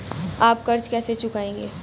आप कर्ज कैसे चुकाएंगे?